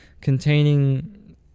containing